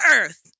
Earth